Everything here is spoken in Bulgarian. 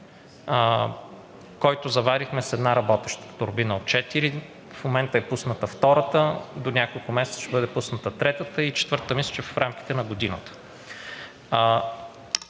който заварихме с една работеща турбина от четири, в момента е пусната втората, до няколко месеца ще бъде пусната третата и четвъртата мисля, че в рамките на годината.